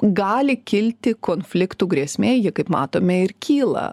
gali kilti konfliktų grėsmė ji kaip matome ir kyla